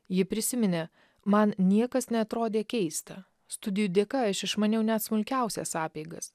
ji prisiminė man niekas neatrodė keista studijų dėka aš išmaniau net smulkiausias apeigas